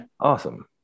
Awesome